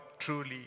truly